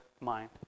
mind